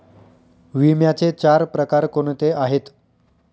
विम्याचे चार प्रकार कोणते आहेत?